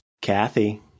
Kathy